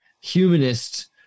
humanist